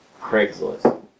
Craigslist